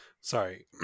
Sorry